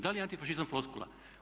Da li je antifašizam floskula?